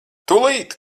tūlīt